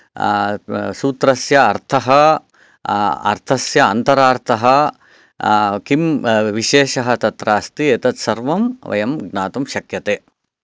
सूत्रस्य अर्थः अर्थस्य अन्तरार्थः किं विशेषः तत्र अस्ति एतत् सर्वं वयं ज्ञातुं शक्यते